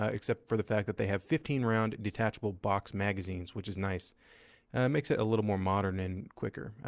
ah except for the fact that they have fifteen round detachable box magazines, which is nice. that makes it a little more modern and quicker.